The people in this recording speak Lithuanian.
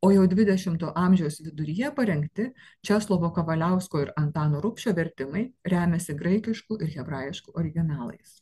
o jau dvidešimto amžiaus viduryje parengti česlovo kavaliausko ir antano rupšio vertimai remiasi graikišku ir hebrajišku originalais